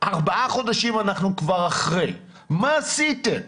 ארבעה חודשים אנחנו כבר אחרי, מה עשיתם?